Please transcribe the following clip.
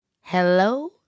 Hello